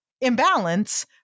imbalance